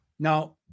Now